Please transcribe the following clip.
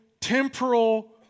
temporal